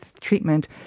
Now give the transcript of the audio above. treatment